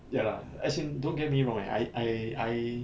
ya as in don't get me wrong eh I I I